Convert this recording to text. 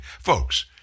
Folks